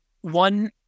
one